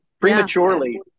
prematurely